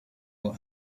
what